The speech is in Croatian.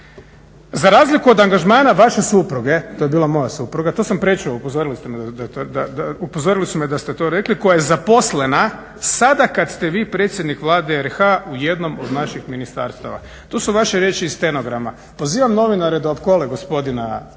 Za razliku od angažmana vaše supruge, to je bila moja supruga, to sam prečuo upozorili su me da ste to rekli koja je zaposlena sada kada ste vi predsjednik Vlade RH u jednom od naših ministarstava. To su vaše riječi iz stenograma. Pozivam novinare da opkole gospodina,